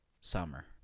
Summer